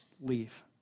leave